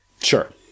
Sure